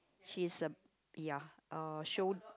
she is a ya uh show